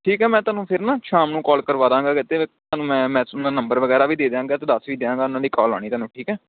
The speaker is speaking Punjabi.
ਠੀਕ ਹੈ ਮੈਂ ਤੁਹਾਨੂੰ ਫਿਰ ਨਾ ਸ਼ਾਮ ਨੂੰ ਕੋਲ ਕਰਵਾ ਦਾਂਗਾ ਕਿਤੇ ਤੁਹਾਨੂੰ ਮੈਂ ਮੈਸ ਮੈਂ ਨੰਬਰ ਵਗੈਰਾ ਵੀ ਦੇ ਦਿਆਂਗਾ ਅਤੇ ਦੱਸ ਵੀ ਦਿਆਂਗਾ ਉਹਨਾਂ ਦੀ ਕੋਲ ਆਉਣੀ ਤੁਹਾਨੂੰ ਠੀਕ ਹੈ